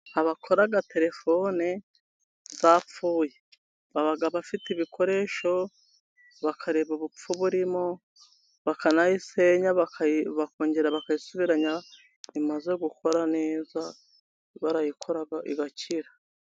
Abakora telefone zapfuye, baba bafite ibikoresho bakareba ubupfu burimo bakanayisenya, bakongera bakayisubiranya imaze gukora neza. Barayikora igakira.